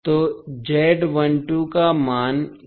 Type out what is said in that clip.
तो Z12 का मान क्या होगा